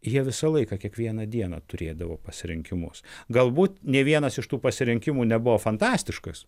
jie visą laiką kiekvieną dieną turėdavo pasirinkimus galbūt nė vienas iš tų pasirinkimų nebuvo fantastiškas